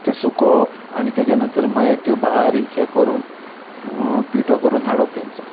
त्यो सुकोवप आनी तेज्या नंतर मागीर त्यो बारीक हे करून पिठो करून हाडप तेंचो